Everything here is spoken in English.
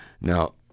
now